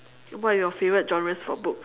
what are you favourite genres for book